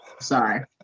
Sorry